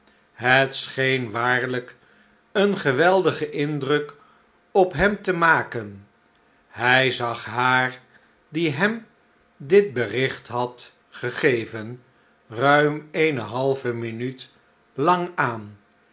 scheen waarlijk een geweldigen indruk op hem te maken hij zag haar die hem dit bericht had gegeven ruim eene halve minuut lang aan